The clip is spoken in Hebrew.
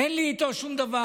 אין לי איתו שום דבר.